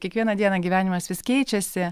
kiekvieną dieną gyvenimas vis keičiasi